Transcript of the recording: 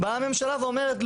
באה הממשלה ואומרת,